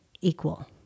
equal